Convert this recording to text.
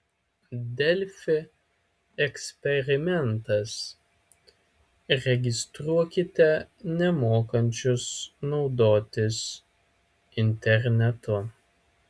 delfi eksperimentas registruokite nemokančius naudotis internetu